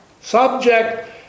subject